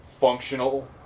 functional